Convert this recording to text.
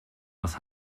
was